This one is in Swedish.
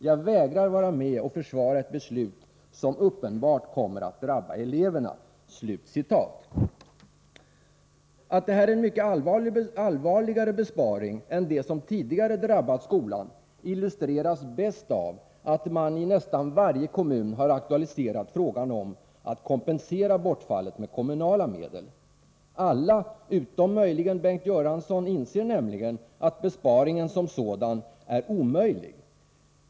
Jag vägrar vara med och försvara ett beslut som uppenbart kommer att drabba eleverna.” Att detta är en mycket allvarligare besparing än de som tidigare drabbat skolan illustreras bäst av att man i nästan varje kommun har aktualiserat frågan om att kompensera bortfallet med kommunala medel. Alla, utom möjligen Bengt Göransson, inser nämligen att besparingen som sådan är omöjlig.